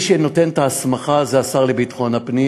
מי שנותן את ההסמכה זה השר לביטחון פנים.